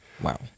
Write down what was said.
wow